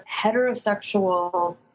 heterosexual